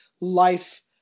life